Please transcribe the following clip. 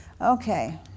Okay